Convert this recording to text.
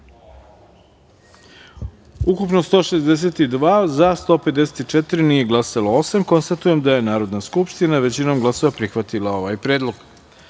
Ukupno – 162, za – 154, nije glasalo – osam. Konstatujem da je Narodna skupština većinom glasova prihvatila ovaj predlog. Pošto